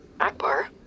Akbar